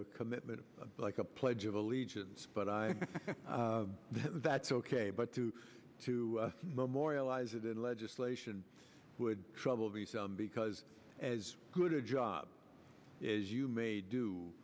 a commitment like a pledge of allegiance but i that's ok but to to memorialize it in legislation would trouble these because as good a job as you may do